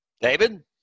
David